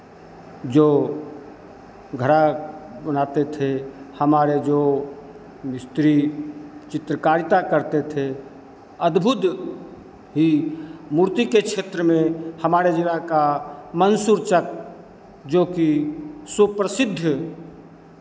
जो घड़ा बनाते थे हमारे जो मिस्त्री चित्रकारिता करते थे अद्भुत ही मूर्ति के क्षेत्र में हमारे जिला का मंसूर चक जोकि सुप्रसिद्ध